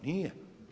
Nije.